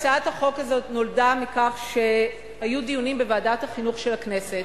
הצעת החוק הזאת נולדה מדיונים בוועדת החינוך של הכנסת